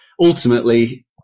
ultimately –